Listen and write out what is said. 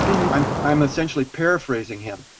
um i am essentially paraphrasing him.